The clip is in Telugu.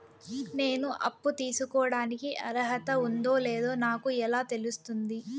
నేను అప్పు తీసుకోడానికి అర్హత ఉందో లేదో నాకు ఎలా తెలుస్తుంది?